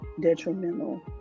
detrimental